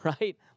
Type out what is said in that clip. right